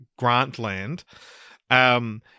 Grantland